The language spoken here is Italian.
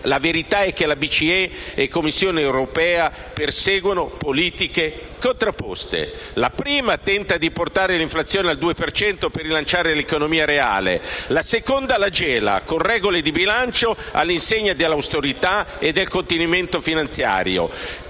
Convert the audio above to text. La verità è che la BCE e la Commissione europea perseguono politiche contrapposte. La prima tenta di portare l'inflazione al 2 per cento per rilanciare l'economia reale e la seconda la gela, con regole di bilancio, all'insegna dell'austerità e del contenimento finanziario.